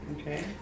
Okay